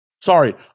Sorry